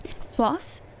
swath